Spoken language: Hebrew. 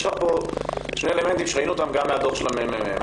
יש פה שני אלמנטים שראינו אותם גם בדוח של הממ"מ.